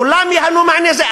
כולם ייהנו מהעניין הזה.